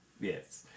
Yes